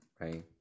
right